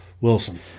Wilson